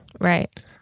Right